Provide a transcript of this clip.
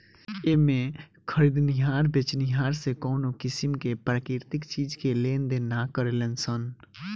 एमें में खरीदनिहार बेचनिहार से कवनो किसीम के प्राकृतिक चीज के लेनदेन ना करेलन सन